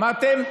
שמעתם?